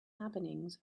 happenings